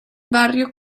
barrio